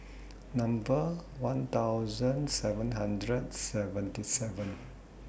Number one thousand seven hundred seventy seven